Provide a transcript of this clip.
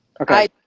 okay